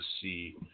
see